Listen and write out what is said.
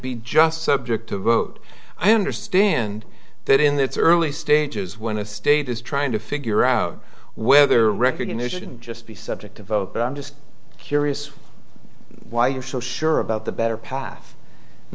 be just subject to vote i understand that in its early stages when a state is trying to figure out whether recognition just be subject to vote but i'm just curious why you feel sure about the better path in